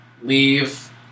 leave